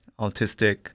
autistic